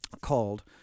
called